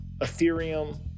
Ethereum